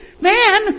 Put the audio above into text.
man